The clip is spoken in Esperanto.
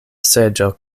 seĝo